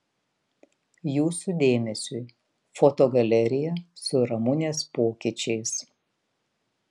jūsų dėmesiui foto galerija su ramunės pokyčiais